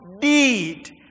deed